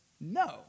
no